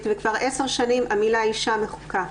כבר עשר שנים המילה "אישה" מחוקה.